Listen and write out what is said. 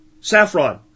Saffron